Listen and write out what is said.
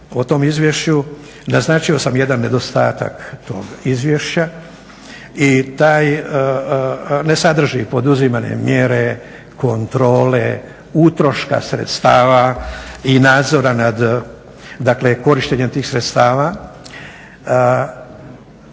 o tom izvješću, naznačio sam jedan nedostatak tog izvješća i taj ne sadrži poduzimane mjere kontrole, utroška sredstava i nadzora nad dakle korištenjem tih sredstava.